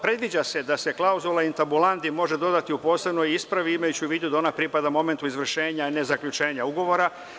Predviđa se da se klauzula intabulanti može dodati u posebnoj ispravi, imajući u vidu da ona pripada momentu izvršenja, ne zaključenja ugovora.